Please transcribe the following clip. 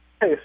Hey